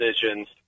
decisions